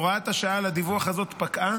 הוראת השעה הזאת על הדיווח פקעה,